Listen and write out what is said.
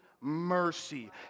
mercy